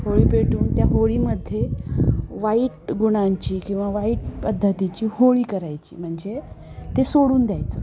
होळी पेटवून त्या होळीमध्ये वाईट गुणांची किंवा वाईट पद्धतीची होळी करायची म्हणजे ते सोडून द्यायचं